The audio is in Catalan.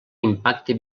impacte